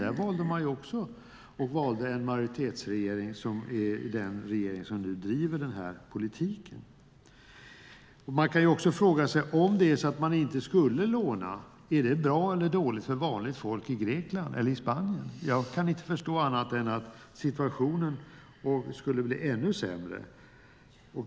Där valde man en majoritetsregering som nu driver denna politik. Man kan också fråga sig: Om man inte skulle låna, är det bra eller dåligt för vanligt folk i Grekland eller i Spanien? Jag kan inte förstå annat än att situationen skulle bli ännu sämre.